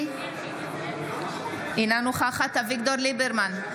אינה נוכחת אביגדור ליברמן,